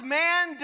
man